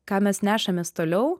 ką mes nešamės toliau